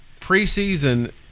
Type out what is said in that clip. preseason